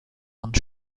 und